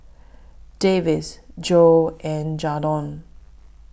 Davis Jo and Jadon